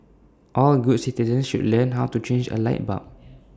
all good citizens should learn how to change A light bulb